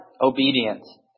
obedience